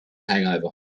hangover